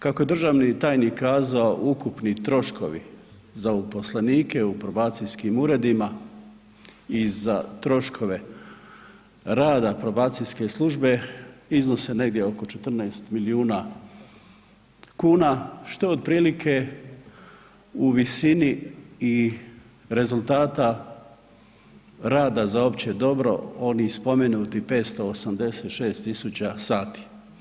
Kako je državni tajnik kazao ukupni troškovi za uposlenike u probacijskim uredima i za troškove rada probacijske službe iznose negdje oko 14 milijuna kuna što je otprilike u visini i rezultata rada za opće dobro onih spomenutih 586.000 sati.